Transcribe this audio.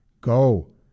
go